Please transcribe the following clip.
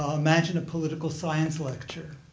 ah imagine a political science lecture.